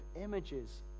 images